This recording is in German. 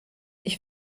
ich